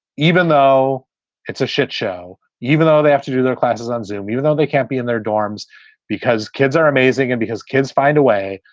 even though it's a shit show, even though they have to do their classes on zoome, even though they can't be in their dorms because kids are amazing and because kids find a way,